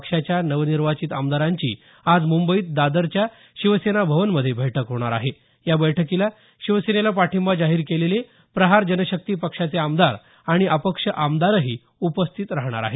पक्षाच्या नवनिर्वाचित आमदारांची आज मुंबईत दादरच्या शिवसेना भवनमध्ये बैठक होणार आहे या बैठकीला शिवसेनेला पाठिंबा जाहीर केलेले प्रहार जनशक्ती पक्षाचे आमदार आणि अपक्ष आमदारही उपस्थित राहणार आहेत